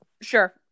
Sure